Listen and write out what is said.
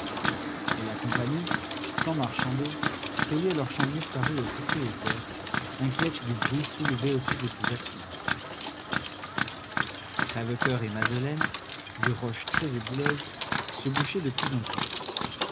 et la compagnie sans marchander payait leurs champs disparus aux propriétaires inquiète du bruit soulevé autour de ces accidents crèvecoeur et madeleine de roche très ébouleuse se bouchaient de plus en plus